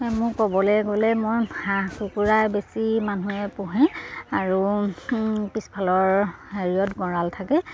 মোৰ ক'বলে গ'লে মই হাঁহ কুকুৰা বেছি মানুহে পোহে আৰু পিছফালৰ হেৰিয়ত গঁৰাল থাকে